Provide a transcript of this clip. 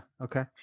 Okay